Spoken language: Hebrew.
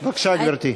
בבקשה, גברתי.